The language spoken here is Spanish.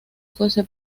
fuese